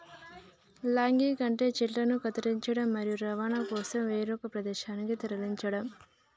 logging అంటే చెట్లను కత్తిరించడం, మరియు రవాణా కోసం వేరొక ప్రదేశానికి తరలించడం